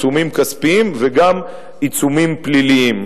עיצומים כספיים וגם עיצומים פליליים.